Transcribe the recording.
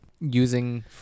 using